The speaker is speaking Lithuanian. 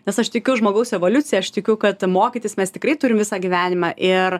nes aš tikiu žmogaus evoliucija aš tikiu kad mokytis mes tikrai turim visą gyvenimą ir